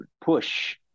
push